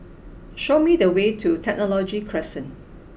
show me the way to Technology Crescent